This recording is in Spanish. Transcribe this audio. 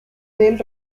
del